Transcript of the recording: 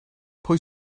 pwy